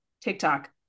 TikTok